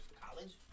college